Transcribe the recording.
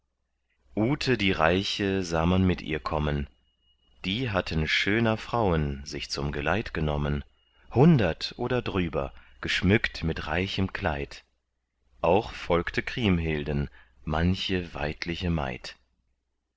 ute die reiche sah man mit ihr kommen die hatte schöner frauen sich zum geleit genommen hundert oder drüber geschmückt mit reichem kleid auch folgte kriemhilden manche weidliche maid